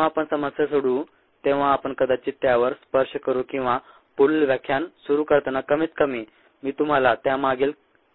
जेव्हा आपण समस्या सोडवू तेव्हा आपण कदाचित त्यावर स्पर्श करू किंवा पुढील व्याख्यान सुरू करताना कमीत कमी मी तुम्हाला त्यामागील